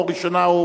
נדמה לי שאין